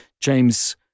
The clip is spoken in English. James